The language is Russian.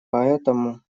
поэтому